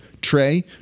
Trey